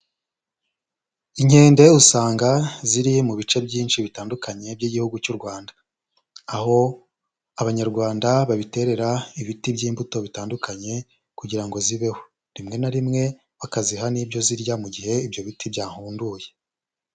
Inkende usanga ziri mu bice byinshi bitandukanye by'igihugu cy'u Rwanda, aho abanyarwanda baziterera ibiti by'imbuto bitandukanye, kugira ngo zibeho, rimwe na rimwe bakaziha n'ibyo zirya, mu gihe ibyo biti byahunduye.